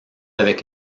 avec